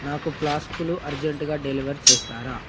నాకు ప్లాస్కులు అర్జెంటుగా డెలివరీ చేస్తారా